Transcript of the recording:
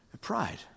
pride